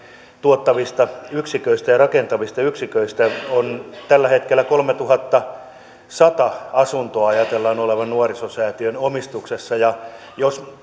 tuottavista ja rakentavista yksiköistä tällä hetkellä kolmetuhattasata asuntoa ajatellaan olevan nuorisosäätiön omistuksessa jos